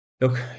Look